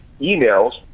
emails